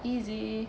easy